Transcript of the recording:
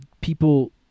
people